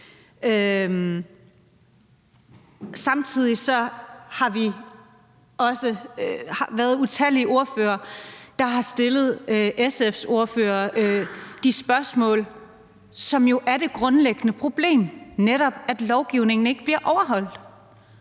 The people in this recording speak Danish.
Samtidig har der også været utallige ordførere, der har stillet SF's ordførere spørgsmål om det, som jo er det grundlæggende problem, nemlig at lovgivningen ikke bliver overholdt.